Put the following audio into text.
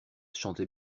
chantait